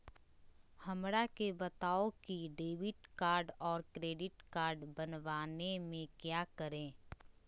हमरा के बताओ की डेबिट कार्ड और क्रेडिट कार्ड बनवाने में क्या करें?